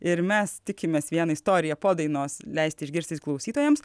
ir mes tikimės vieną istoriją po dainos leisti išgirsti ir klausytojams